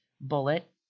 bullet